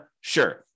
Sure